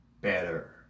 better